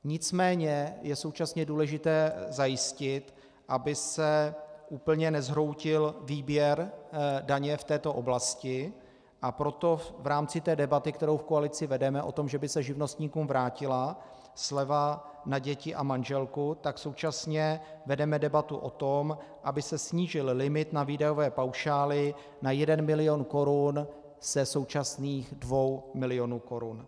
Nicméně je současně důležité zajistit, aby se úplně nezhroutil výběr daně v této oblasti, a proto v rámci té debaty, kterou v koalici vedeme o tom, že by se živnostníkům vrátila sleva na děti a manželku, současně vedeme debatu o tom, aby se snížil limit na výdajové paušály na jeden milion korun ze současných dvou milionů korun.